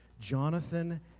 Jonathan